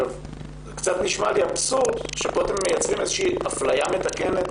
קצת נשמע לי אבסורד שפה אתם מייצרים מעין אפליה מתקנת